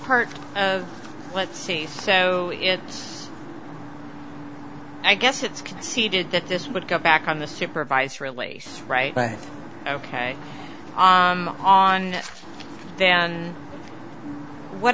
part of let's see so it's i guess it's conceded that this would go back on the supervised release right ok on and then what